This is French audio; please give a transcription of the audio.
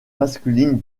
masculine